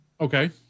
okay